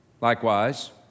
Likewise